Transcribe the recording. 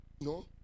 No